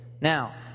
Now